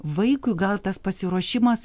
vaikui gal tas pasiruošimas